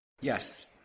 Yes